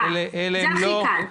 כן, זה הכי קל.